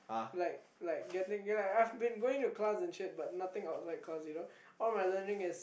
like like getting I've been going to class and shit but nothing outside class you know all my learning is